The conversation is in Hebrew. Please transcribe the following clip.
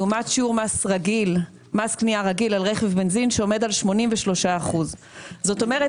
לעומת שיעור מס קנייה רגיל על רכב בנזין שעומד על 83%. זאת אומרת,